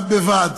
בד בבד,